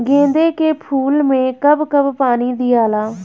गेंदे के फूल मे कब कब पानी दियाला?